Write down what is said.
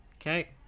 Okay